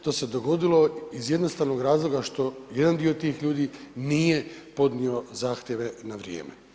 To se dogodilo iz jednostavnog razloga što jedan dio tih ljudi nije podnio zahtjeve na vrijeme.